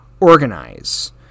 organize